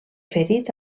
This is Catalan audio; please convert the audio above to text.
ferit